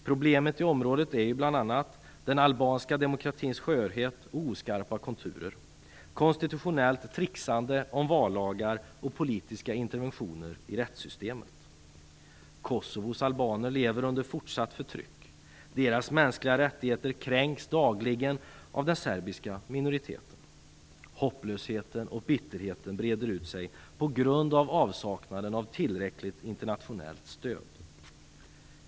Problemen i området är bl.a. den albanska demokratins skörhet och oskarpa konturer, konstitutionellt trixande om vallagar och politiska interventioner i rättssystemet. Kosovos albaner lever under fortsatt förtryck. Deras mänskliga rättigheter kränks dagligen av den serbiska minoriteten. Hopplösheten och bitterheten breder ut sig på grund av avsaknaden av tillräckligt internationellt stöd.